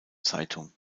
zeitung